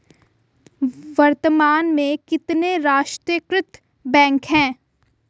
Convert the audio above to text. वर्तमान में कितने राष्ट्रीयकृत बैंक है?